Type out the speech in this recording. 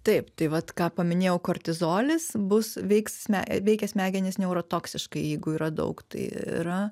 taip tai vat ką paminėjau kortizolis bus veiksme veikia smegenis neurotoksiškai jeigu yra daug tai yra